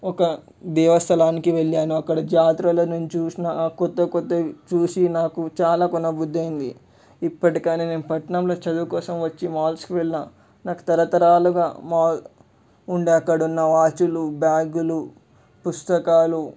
ఒక దేవ స్థలానికి వెళ్ళాను అక్కడ జాతరలో నేను చూసిన ఆ కొత్త కొత్తవి చూసి నాకు చాలా కొనబుద్ధి అయ్యింది ఇప్పటికైనా నేను పట్నంలో చదువు కోసం వచ్చి మాల్స్కి వెళ్ళినా నాకు తరతరాలుగా మాల్ ఉండే అక్కడ ఉన్న వాచ్లు బ్యాగులు పుస్తకాలు